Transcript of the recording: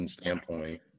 standpoint